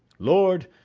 lord,